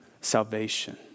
salvation